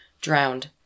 drowned